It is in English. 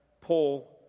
Paul